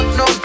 no